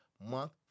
month